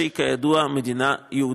שהיא כידוע מדינה יהודית,